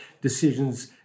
decisions